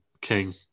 King